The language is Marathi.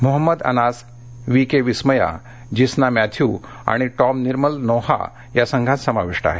Muhammad Anas V K Vismaya Jisna Mathew आणि टॉम निर्मल नोहा या संघात समाविष्ट आहेत